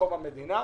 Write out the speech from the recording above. מקום המדינה.